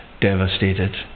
devastated